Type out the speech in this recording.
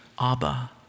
Abba